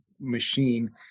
machine